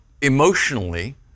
emotionally